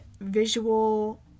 visual